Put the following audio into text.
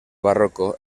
barroco